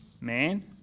man